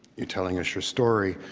you telling us your story.